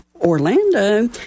Orlando